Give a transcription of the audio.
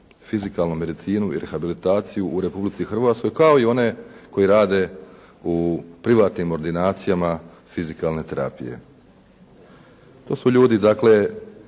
fizikalnu medicinu i rehabilitaciju u Republici Hrvatskoj kao i one koji rade u privatnim ordinacijama fizikalne terapije. To su ljudi dakle